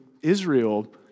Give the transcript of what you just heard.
Israel